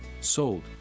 sold